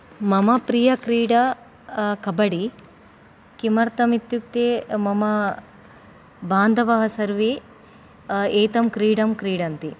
मम प्रियक्रीडा कबडि किमर्थमित्युक्ते मम बान्धवाः सर्वे एता क्रीडां क्रीडन्ति